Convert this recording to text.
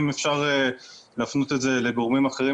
אם אפשר להפנות את זה לגורמים אחרים